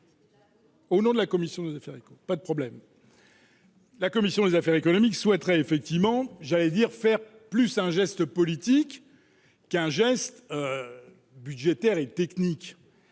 Au nom de la commission des affaires, pas de problème. La commission des affaires économiques, souhaiterait, effectivement, j'allais dire, faire plus un geste politique qu'un geste budgétaires et techniques,